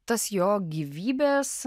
tas jo gyvybės